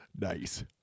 Nice